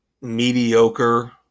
mediocre